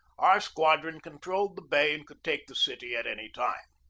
our squadron controlled the bay and could take the city at any time.